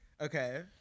Okay